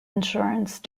insurance